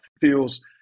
feels